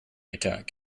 attack